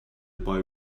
boy